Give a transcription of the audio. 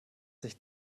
sich